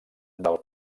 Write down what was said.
del